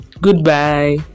goodbye